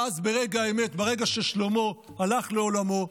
ואז ברגע האמת, ברגע ששלמה הלך לעולמו,